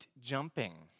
jumping